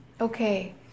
okay